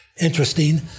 interesting